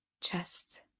chest